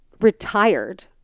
retired